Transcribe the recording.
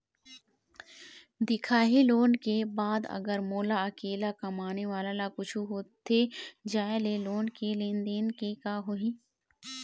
दिखाही लोन ले के बाद अगर मोला अकेला कमाने वाला ला कुछू होथे जाय ले लोन के लेनदेन के का होही?